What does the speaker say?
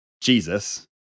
Jesus